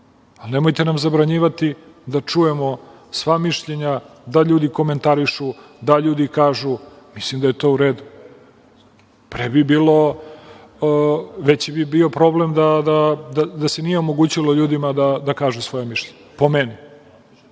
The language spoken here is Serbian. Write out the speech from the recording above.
ali nemojte nam zabranjivati da čujemo sva mišljenja, da ljudi komentarišu, da ljudi kažu, mislim da je to u redu. Veći bi bio problem da se nije omogućilo ljudima da kažu svoja mišljenja, po meni.